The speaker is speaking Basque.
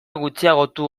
gutxiagotu